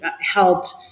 helped